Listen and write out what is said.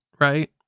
right